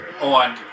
on